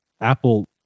apple